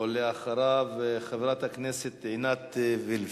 אחריו, חברת הכנסת עינת וילף.